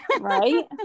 right